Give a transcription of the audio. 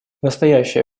настоящее